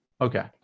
Okay